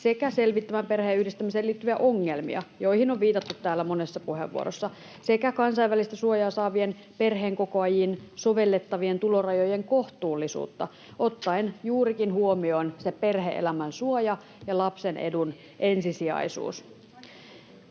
sekä selvittämään perheenyhdistämiseen liittyviä ongelmia, joihin on viitattu täällä monessa puheenvuorossa, sekä kansainvälistä suojaa saaviin perheenkokoajiin sovellettavien tulorajojen kohtuullisuutta ottaen juurikin huomioon se perhe-elämän suoja ja lapsen edun ensisijaisuus.